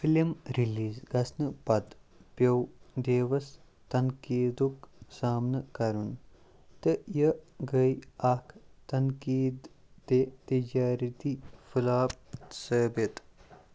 film release گژھنہٕ پتہٕ پیوٚو دیوَس تنقیٖدُک سامنہٕ کرُن تہٕ یہِ گٔے اَکھ تنقیٖد تہِ تجٲرتی فٕلاپ ثٲبِت